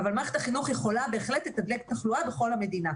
אבל מערכת החינוך יכולה בהחלט לתדלק תחלואה בכל המדינה.